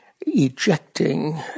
ejecting